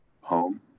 home